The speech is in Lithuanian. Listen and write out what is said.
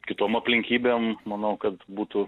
kitom aplinkybėm manau kad būtų